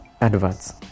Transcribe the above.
adverts